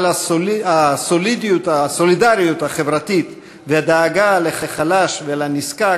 אבל הסולידריות החברתית והדאגה לחלש ולנזקק